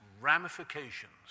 ramifications